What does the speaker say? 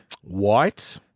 White